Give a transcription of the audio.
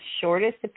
shortest